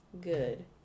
good